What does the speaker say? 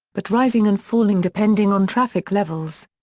but rising and falling depending on traffic levels.